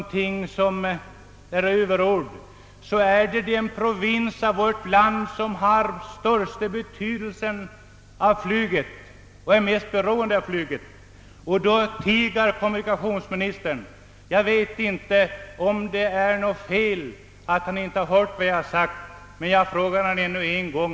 Utan att använda överord är Gotland den provins i vårt land som är mest beroende av flyget. Men då tiger kommunikationsministern. Jag vet inte, om han inte har hört vad jag sagt, men jag frågar honom nu ännu en gång.